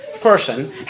person